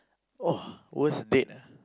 !wah! worst date ah